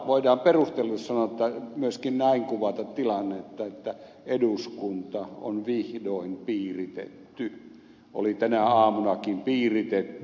voidaan perustellusti sanoa myöskin näin kuvata tilannetta että eduskunta on vihdoin piiritetty oli tänä aamunakin piiritetty